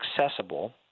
accessible